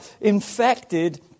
infected